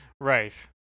right